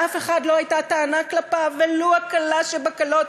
לאף אחד לא הייתה טענה כלפיו, ולו הקלה שבקלות.